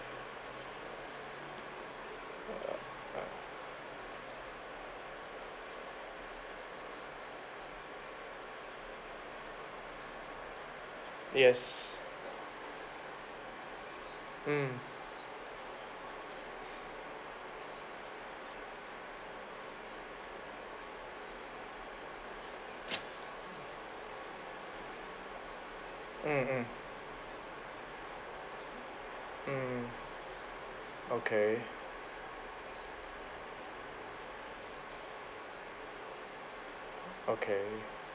yes mm mm mm mm okay okay